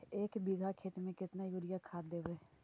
एक बिघा खेत में केतना युरिया खाद देवै?